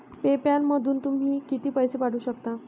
पे पॅलमधून तुम्ही किती पैसे पाठवू शकता?